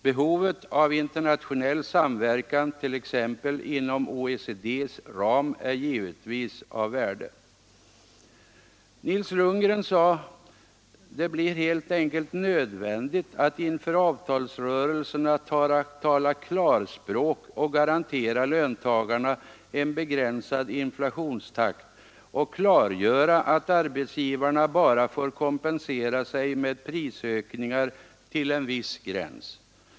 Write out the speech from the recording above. Behovet av internationell samverkan t.ex. inom OECD:s ram är givetvis av värde. Nils Lundgren sade: ”Det blir helt enkelt nödvändigt att inför avtalsrörelserna tala klarspråk och garantera löntagarna en begränsad inflationstakt och klargöra att arbetsgivarna bara får kompensera sig med prisökningar till en viss gräns.